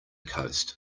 coast